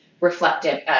reflective